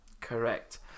Correct